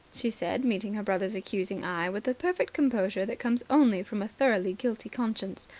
she said, meeting her brother's accusing eye with the perfect composure that comes only from a thoroughly guilty conscience.